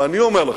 ואני אומר לכם,